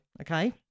okay